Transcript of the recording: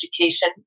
education